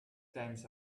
times